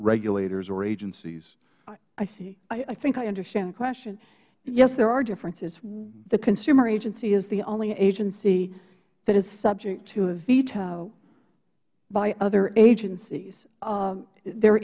regulators or agencies ms warren i see i think i understand the question yes there are differences the consumer agency is the only agency that is subject to a veto by other agencies there